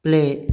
play